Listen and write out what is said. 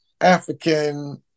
African